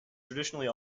traditionally